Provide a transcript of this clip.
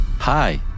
Hi